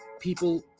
people